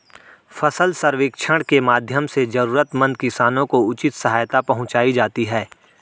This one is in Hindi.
फसल सर्वेक्षण के माध्यम से जरूरतमंद किसानों को उचित सहायता पहुंचायी जाती है